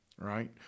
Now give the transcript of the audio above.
right